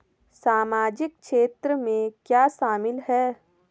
सामाजिक क्षेत्र में क्या शामिल है?